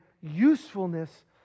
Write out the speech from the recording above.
usefulness